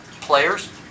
players